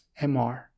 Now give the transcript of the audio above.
MR